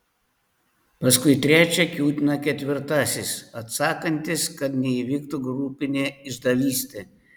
paskui trečią kiūtina ketvirtasis atsakantis kad neįvyktų grupinė išdavystė